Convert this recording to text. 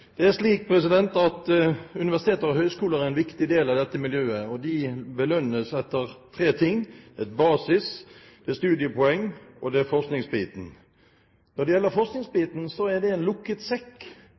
Det er slik at universiteter og høyskoler er en viktig del av dette miljøet, og de belønnes etter tre ting. Det er basis, det er studiepoeng, og det er forskningsbiten. Når det gjelder